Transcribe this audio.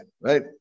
right